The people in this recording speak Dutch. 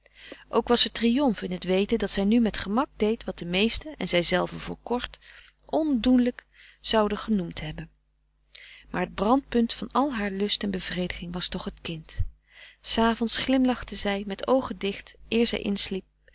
ook was er triomf in het weten dat zij nu met gemak deed wat de meesten en zij zelve voor kort ondoenlijk zouden genoemd hebben maar het brandpunt van al haar lust en bevrediging was toch het kind s avonds glimlachte zij met oogen dicht eer